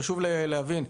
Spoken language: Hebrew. חשוב להבין: